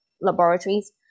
laboratories